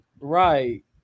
right